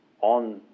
on